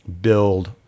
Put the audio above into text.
build